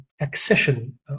accession